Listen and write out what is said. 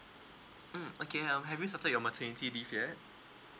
mm okay um have you started your maternity leave yet